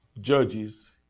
Judges